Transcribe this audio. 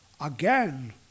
again